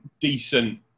decent